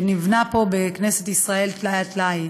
שנבנה פה, בכנסת ישראל, טלאי על טלאי.